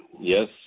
Yes